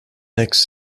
next